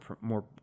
more